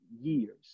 years